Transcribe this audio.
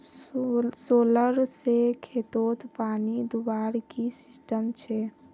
Solar से खेतोत पानी दुबार की सिस्टम छे?